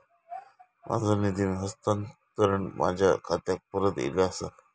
माझो निधी हस्तांतरण माझ्या खात्याक परत इले आसा